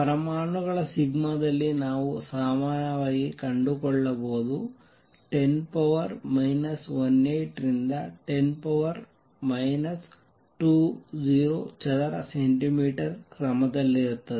ಪರಮಾಣುಗಳ ಸಿಗ್ಮಾ ದಲ್ಲಿ ನಾವು ಸಾಮಾನ್ಯವಾಗಿ ಕಂಡುಕೊಳ್ಳುವುದು 10 18 ರಿಂದ 10 20 ಚದರ ಸೆಂಟಿಮೀಟರ್ ಕ್ರಮದಲ್ಲಿರುತ್ತದೆ